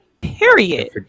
period